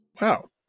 Wow